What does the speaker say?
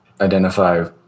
identify